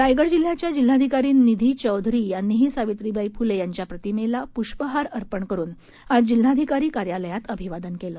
रायगड जिल्ह्याच्या जिल्हाधिकारी निधी चौधरी यांनीही सावित्रीबाई फुले यांच्या प्रतिमेला पुष्पहार अर्पण करून आज जिल्हाधिकारी कार्यालयात अभिवादन केलं